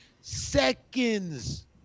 seconds